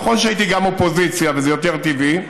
נכון שהייתי גם אופוזיציה וזה יותר טבעי,